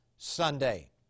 Sunday